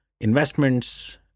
investments